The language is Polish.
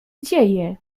dzieje